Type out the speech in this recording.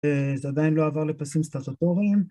זה עדיין לא עבר לפסים סטטטוריים